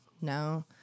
No